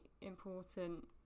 important